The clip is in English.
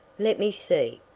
let me see,